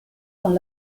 dans